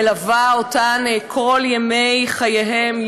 מלווה אותן כל ימי חייהן,